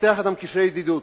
לפתח אתן קשרי ידידות